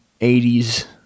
80s